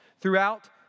Throughout